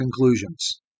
conclusions